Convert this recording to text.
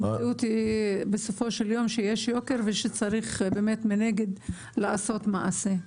המציאות היא בסופו של יום שיש יוקר ושצריך מנגד לעשות מעשה.